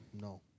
No